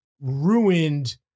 ruined